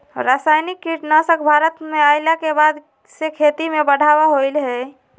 रासायनिक कीटनासक भारत में अइला के बाद से खेती में बढ़ावा होलय हें